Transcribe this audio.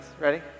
Ready